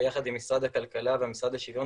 ביחד עם משרד הכלכלה והמשרד לשוויון